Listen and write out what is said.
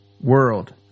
World